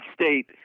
State